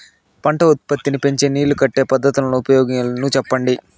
పంట ఉత్పత్తి నీ పెంచే నీళ్లు కట్టే పద్ధతుల ఉపయోగాలు చెప్పండి?